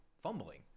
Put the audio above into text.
fumbling